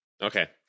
Okay